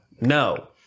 No